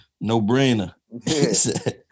No-brainer